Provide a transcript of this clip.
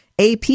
AP